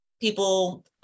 People